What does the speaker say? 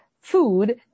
food